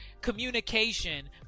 communication